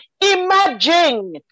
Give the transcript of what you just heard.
Imagine